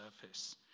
surface